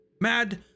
mad